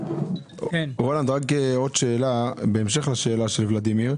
רולנד רק עוד שאלה בהמשך לשאלה של ולדימיר,